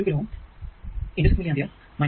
5 2 kilo Ω kilo Ω × 6 milli ampere 0